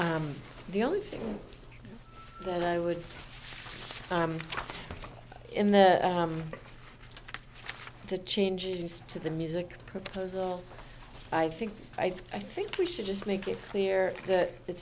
for the only thing that i would in the the changes to the music proposal i think i think we should just make it clear that it